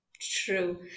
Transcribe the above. True